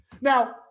Now